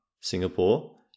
singapore